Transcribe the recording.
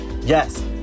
yes